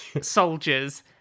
soldiers